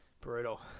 brutal